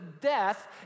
death